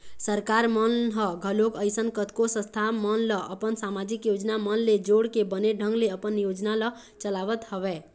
सरकार मन ह घलोक अइसन कतको संस्था मन ल अपन समाजिक योजना मन ले जोड़के बने ढंग ले अपन योजना ल चलावत हवय